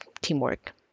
teamwork